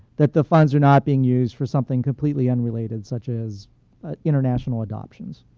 that the funds are not being used for something completely unrelated, such as ah international adoptions.